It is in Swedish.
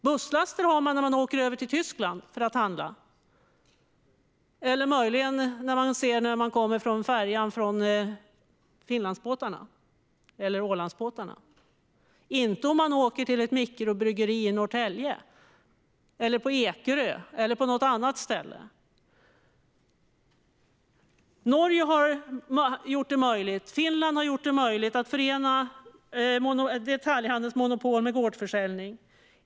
Folk åker i busslaster till Tyskland för att handla, eller möjligen med Finlands och Ålandsbåtarna, men inte till mikrobryggerier i Norrtälje eller på Ekerö eller något annat ställe. Norge och Finland har gjort det möjligt att förena detaljhandelns monopol med gårdsförsäljning.